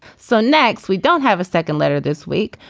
so next we don't have a second letter this week.